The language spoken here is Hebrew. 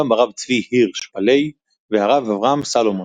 גם הרב צבי הירש פאלי והרב אברהם סלומון.